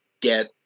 get